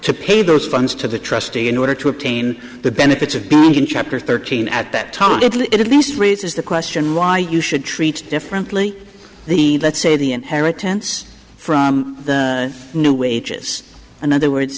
to pay those funds to the trustee in order to obtain the benefits of being in chapter thirteen at that time it is this raises the question why you should treat differently the that say the inheritance from the new wages another word